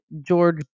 George